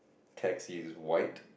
taxi is white